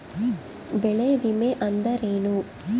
ಬೆಳೆ ವಿಮೆ ಅಂದರೇನು?